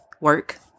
work